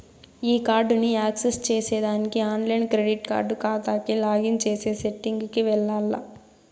ఈ కార్డుని యాక్సెస్ చేసేదానికి ఆన్లైన్ క్రెడిట్ కార్డు కాతాకు లాగిన్ చేసే సెట్టింగ్ కి వెల్లాల్ల